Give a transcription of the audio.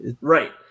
Right